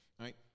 right